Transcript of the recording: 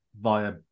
via